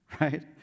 right